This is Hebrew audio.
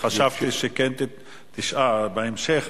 אני חשבתי שכן תשאל בהמשך,